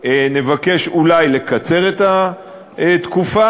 נבקש אולי לקצר את התקופה,